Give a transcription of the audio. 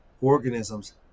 organisms